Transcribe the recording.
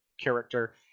character